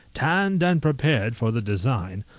tanned and prepared for the design,